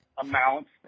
amounts